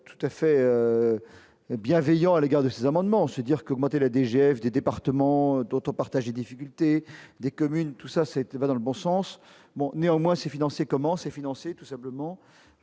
tout à fait bienveillant à l'égard de ces amendements, se dire qu'augmenter la DGF des départements d'autopartage des difficultés des communes, tout ça c'était pas dans le bon sens bon néanmoins c'est financé comment c'est financé tout simplement